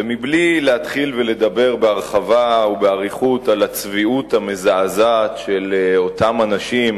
ומבלי להתחיל ולדבר בהרחבה ובאריכות על הצביעות המזעזעת של אותם אנשים,